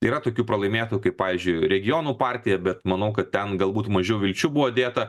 yra tokių pralaimėtų kaip pavyzdžiui regionų partija bet manau kad ten galbūt mažiau vilčių buvo dėta